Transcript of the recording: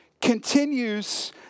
continues